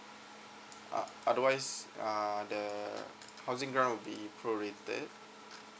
uh otherwise uh the housing grant will be prorated